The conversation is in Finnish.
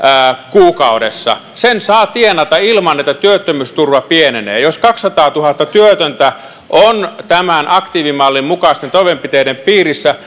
kuukaudessa sen saa tienata ilman että työttömyysturva pienenee jos kaksisataatuhatta työtöntä on tämän aktiivimallin mukaisten toimenpiteiden piirissä